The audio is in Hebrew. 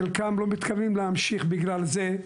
חלקם לא מתכוונים להמשיך בגלל זה,